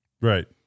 Right